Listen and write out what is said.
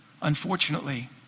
Unfortunately